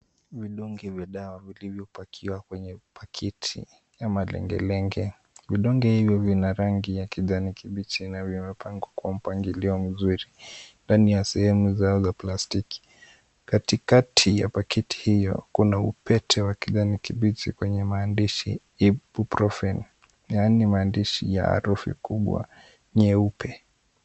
Vidonge vya dawa vilivyopakiwa kwenye pakiti ya malengelenge. Vidonge hivyo vina rangi ya kijani kibichi na vimepangwa kwa mpangilio mzuri ndani ya sehemu zao za plastiki. Katikati ya pakiti hiyo, kuna upete wa kijani kibichi kwenye maandishi Ibuprofen , yani maandishi ya harufi kubwa nyeupe.